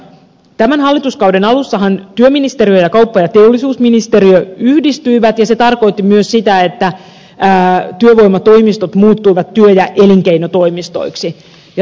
tämän hallituskauden alussahan työministeriö ja kauppa ja teollisuusministeriö yhdistyivät ja se tarkoitti myös sitä että työvoimatoimistot muuttuivat työ ja elinkeinotoimistoiksi